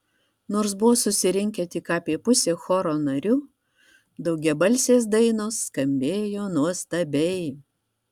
nors buvo susirinkę tik apie pusė choro narių daugiabalsės dainos skambėjo nuostabiai